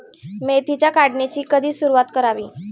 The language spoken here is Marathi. मेथीच्या काढणीची कधी सुरूवात करावी?